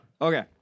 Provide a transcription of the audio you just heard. Okay